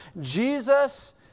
Jesus